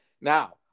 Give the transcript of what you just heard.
Now